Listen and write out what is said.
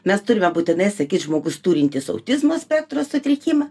mes turime būtinai sakyt žmogus turintis autizmo spektro sutrikimą